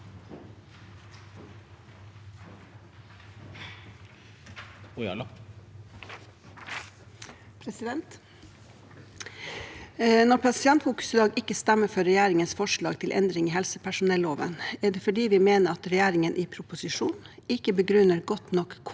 Når Pasientfokus i dag ikke stemmer for regjeringens forslag til endring i helsepersonelloven, er det fordi vi mener at regjeringen i proposisjonen ikke begrunner godt nok